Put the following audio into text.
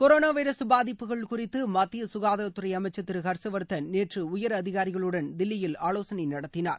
corona virus பாதிப்புகள் குறித்து மத்திய சுகாதாரத்துறை அமைச்சர் திரு ஹர்ஷ்வர்தன் நேற்று உயர் அதிகாரிகளுடன் தில்லியில் ஆலோசனை நடத்தினார்